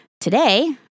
Today